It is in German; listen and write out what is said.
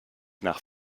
nach